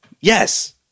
Yes